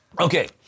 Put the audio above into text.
Okay